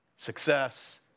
Success